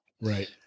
Right